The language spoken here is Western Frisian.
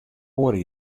oare